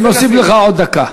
אני מוסיף לך עוד דקה.